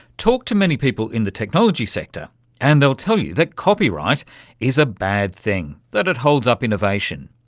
talk to many people in the technology sector and they'll tell you that copyright is a bad thing, that it holds up innovation.